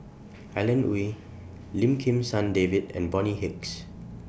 Alan Oei Lim Kim San David and Bonny Hicks